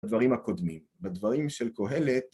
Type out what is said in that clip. הדברים הקודמים. בדברים של קהלת